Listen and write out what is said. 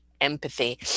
empathy